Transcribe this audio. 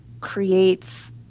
creates